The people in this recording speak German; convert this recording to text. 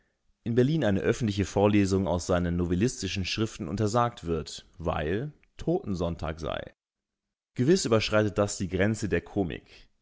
in berlin eine öffentliche vorlesung aus seinen novellistischen schriften untersagt wird weil totensonntag sei gewiß überschreitet das die grenze der komik